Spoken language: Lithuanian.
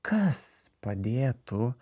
kas padėtų